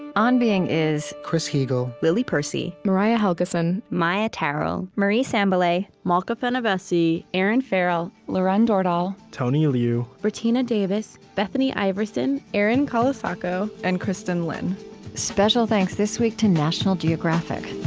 on being is chris heagle, lily percy, mariah helgeson, maia tarrell, marie sambilay, malka fenyvesi, erinn farrell, lauren dordal, tony liu, brettina davis, bethany iverson, erin colasacco, and kristin lin special thanks this week to national geographic